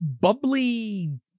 bubbly